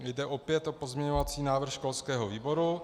Jde opět o pozměňovací návrh školského výboru.